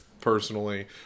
personally